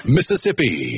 Mississippi